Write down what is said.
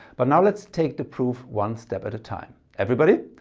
but now let's take the proof one step at a time. everybody,